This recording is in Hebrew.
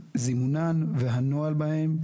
זימונן והנוהל בהן,